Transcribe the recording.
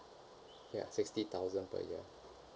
ya sixty thousand per year